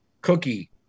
Cookie